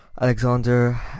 alexander